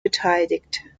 beteiligt